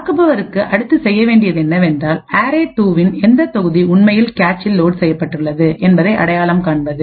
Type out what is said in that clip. தாக்குபவருக்கு அடுத்து செய்ய வேண்டியது என்னவென்றால் அரே2 இன் எந்தத் தொகுதி உண்மையில் கேச்சில்லோட்செய்யப்பட்டுள்ளது என்பதை அடையாளம் காண்பது